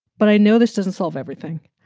but i know this doesn't solve everything.